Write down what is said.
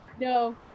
no